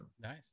Nice